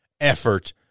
effort